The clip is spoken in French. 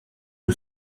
que